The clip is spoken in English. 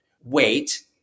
wait